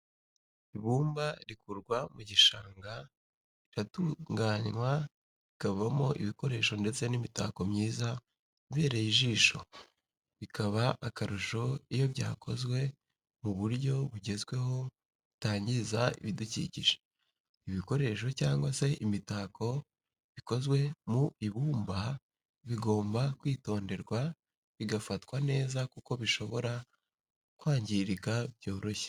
Ibumba rikurwa mu gishanga riratunganywa rikavamo ibikoresho ndetse n'imitako myiza ibereye ijisho bikaba akarusho iyo byakozwe mu buryo bugezweho butangiza ibidukikije. ibikoresho cyangwa se imitako bikozwe mu ibumba bigomba kwitonderwa bigafatwa neza kuko bishobora kwangirika byoroshye.